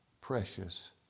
precious